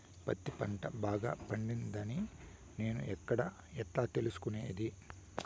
పత్తి పంట బాగా పండిందని నేను ఎక్కడ, ఎట్లా తెలుసుకునేది?